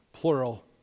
plural